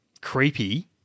creepy